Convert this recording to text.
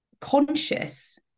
conscious